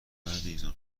هیزم